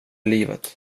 livet